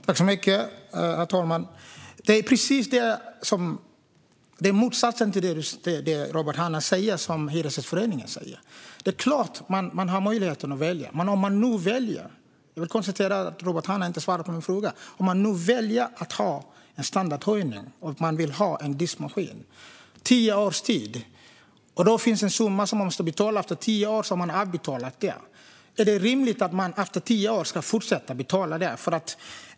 Herr talman! Hyresgästföreningen säger motsatsen till det som Robert Hannah säger. Det är klart att man vill ha möjlighet att välja. Jag konstaterar att Robert Hannah inte svarar på min fråga. Om man väljer en standardhöjning och vill ha en diskmaskin finns det en summa som man måste betala även efter tio år, när man har betalat av den. Är det rimligt att man efter tio år ska fortsätta betala för diskmaskinen?